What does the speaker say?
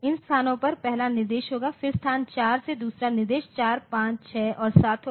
इन स्थानों पर पहला निर्देश होगा फिर स्थान 4 में दूसरा निर्देश 4 5 6 और 7 होगा